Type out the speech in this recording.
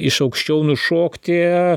iš aukščiau nušokti